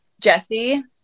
Jesse